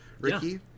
Ricky